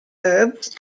herbs